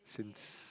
since